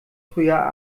früher